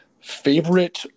Favorite